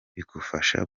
bigufasha